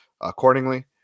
accordingly